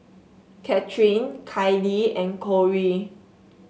Catherine Kayli and Cori